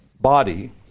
body